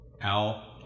Al